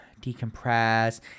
decompress